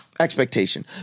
Expectation